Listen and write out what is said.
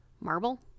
Marble